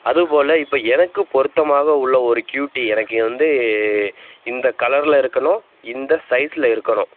அது போல இப்போ எனக்கு பொருத்தமாக உள்ள ஒரு ஹூடி எனக்கு வந்து இந்தக் கலரில் இருக்கணும் இந்த சைஸில் இருக்கணும்